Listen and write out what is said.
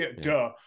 duh